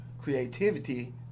creativity